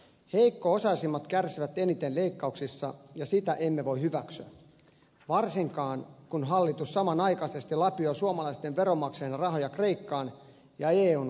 heikko osaisimmat kärsivät eniten leikkauksissa ja sitä emme voi hyväksyä varsinkaan kun hallitus samanaikaisesti lapioi suomalaisten veronmaksajien rahoja kreikkaan ja eun kriisirahastoihin